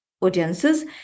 audiences